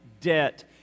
debt